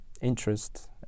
interest